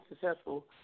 successful